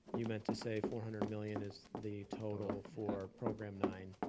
you meant to say four hundred million is the total for program nine,